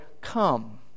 come